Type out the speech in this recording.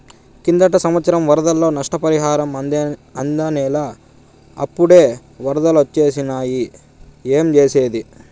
కిందటి సంవత్సరం వరదల్లో నష్టపరిహారం అందనేలా, అప్పుడే ఒరదలొచ్చేసినాయి ఏంజేసేది